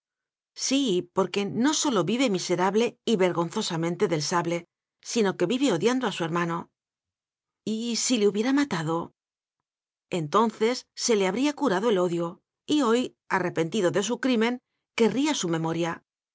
sí porque no sólo vive miserable y ver gonzosamente del sable sino que vive odian do a su hermano y si le hubiera matado entonces se le habría curado el odio y hoy arrepentido de su crimen querría su memoria